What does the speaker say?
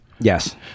Yes